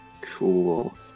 Cool